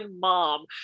mom